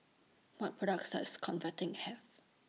What products Does Convatec Have